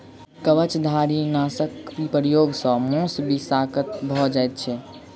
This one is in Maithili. कवचधारीनाशक प्रयोग सॅ मौस विषाक्त भ जाइत छै